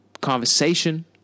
conversation